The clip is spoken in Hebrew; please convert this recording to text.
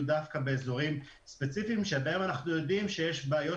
דווקא באזורים ספציפיים שבהם אנחנו יודעים שיש בעיות